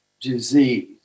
disease